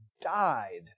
died